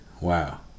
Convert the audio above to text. Wow